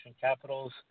Capitals